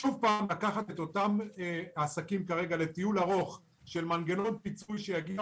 שוב פעם לקחת את בעלי העסקים לטיול ארוך של מנגנון פיצוי שיגיע